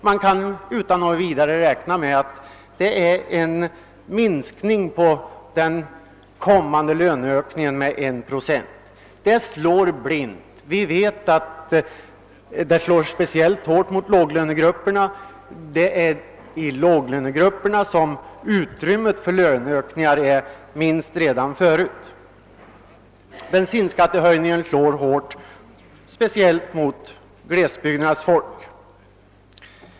Vi kan utan vidare räkna med att den betyder en minskning av den kommande löneökningen med 1 procent. Höjningen slår blint, och vi vet att den speciellt hårt drabbar låglönegrupperna. Det är i låglönegrupperna som utrymmet för löneökningar är minst redan förut. Bensinskattehöjningen träffar särskilt hårt glesbygdernas folk.